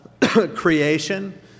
creation